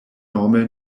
normal